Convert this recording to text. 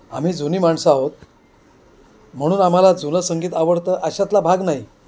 आम्ही जुनी माणसं आहोत म्हणून आम्हाला जुनं संगीत आवडतं अशाातला भाग नाही